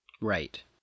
Right